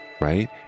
right